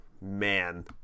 man